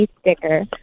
sticker